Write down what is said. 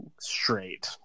straight